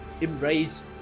Embrace